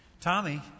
Tommy